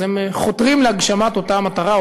אז הם חותרים להגשמת אותה מטרה,